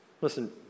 Listen